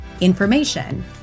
information